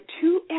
two